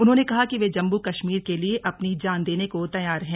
उन्होंने कहा कि वे जम्मू कश्मीर के लिए अपनी जान देने को तैयार हैं